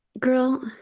girl